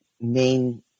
main